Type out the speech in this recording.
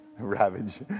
Ravage